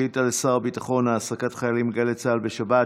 שאילתה לשר הביטחון: העסקת חיילים בגלי צה"ל בשבת,